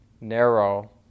narrow